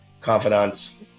confidants